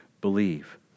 believe